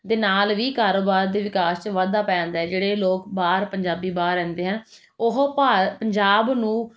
ਦੇ ਨਾਲ ਵੀ ਕਾਰੋਬਾਰ ਦੇ ਵਿਕਾਸ 'ਚ ਵਾਧਾ ਪੈ ਜਾਂਦਾ ਹੈ ਜਿਹੜੇ ਲੋਕ ਬਾਹਰ ਪੰਜਾਬੀ ਬਾਹਰ ਰਹਿੰਦੇ ਹੈ ਉਹ ਭਾਰ ਪੰਜਾਬ ਨੂੰ